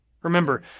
Remember